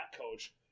coach